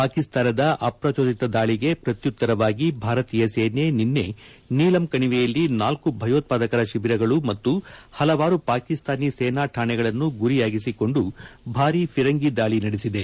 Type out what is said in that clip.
ಪಾಕಿಸ್ತಾನದ ಅಪ್ರಚೋದಿತ ದಾಳಿಗೆ ಪ್ರತ್ಯುತ್ತರವಾಗಿ ಭಾರತೀಯ ಸೇನೆಯು ನಿನ್ನೆ ನೀಲಂ ಕಣಿವೆಯಲ್ಲಿ ನಾಲ್ಲು ಭಯೋತ್ವಾದಕ ಶಿಬಿರಗಳು ಮತ್ತು ಹಲವಾರು ಪಾಕಿಸ್ತಾನಿ ಸೇನಾ ಠಾಣೆಗಳನ್ನು ಗುರಿಯಾಗಿಸಿಕೊಂಡು ಭಾರಿ ಫಿರಂಗಿ ದಾಳಿ ನಡೆಸಿದೆ